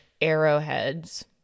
arrowheads